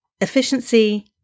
efficiency